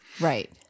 Right